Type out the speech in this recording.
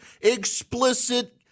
explicit